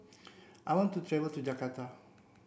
I want to travel to Jakarta